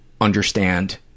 understand